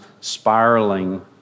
spiraling